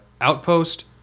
Outpost